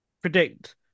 predict